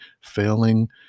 failing